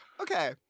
Okay